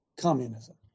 communism